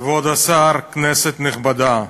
כבוד השר, כנסת נכבדה,